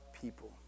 people